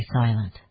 silent